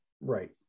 right